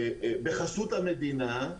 בחסות המדינה,